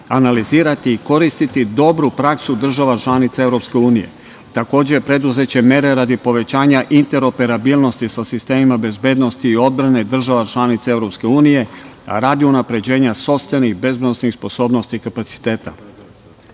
analizirati i koristiti dobru praksu država članica EU. Takođe, preduzeće mere radi povećanja interoperabilnosti sa sistemima bezbednosti i odbrane država članica EU radi unapređenja sopstvenih bezbednosnih sposobnosti i kapaciteta. Predlog